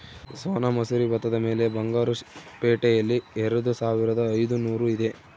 ಸೋನಾ ಮಸೂರಿ ಭತ್ತದ ಬೆಲೆ ಬಂಗಾರು ಪೇಟೆಯಲ್ಲಿ ಎರೆದುಸಾವಿರದ ಐದುನೂರು ಇದೆ